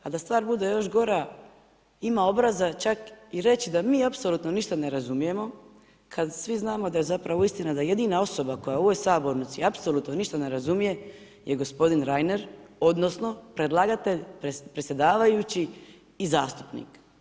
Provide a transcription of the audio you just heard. A da stvar bude još gora ima obraza čak i reći da mi apsolutno ništa ne razumijemo kad svi znamo da je zapravo istina da jedina osoba koja u ovoj sabornici apsolutno ništa ne razumije je gospodin Reiner, odnosno predlagatelj, predsjedavajući i zastupnik.